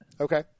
Okay